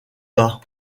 bas